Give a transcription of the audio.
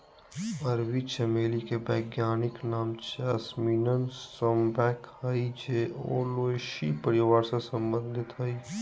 अरबी चमेली के वैज्ञानिक नाम जैस्मीनम सांबैक हइ जे ओलेसी परिवार से संबंधित हइ